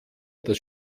das